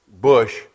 bush